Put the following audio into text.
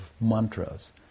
mantras